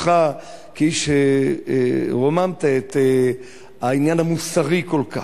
אותך כמי שרוממת את העניין המוסרי כל כך.